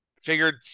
Figured